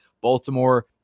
Baltimore